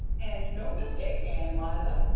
and no mistake, ann liza.